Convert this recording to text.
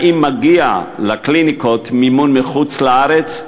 3. האם מגיע לקליניקות מימון מחוץ-לארץ?